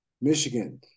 Michigan